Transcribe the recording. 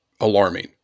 alarming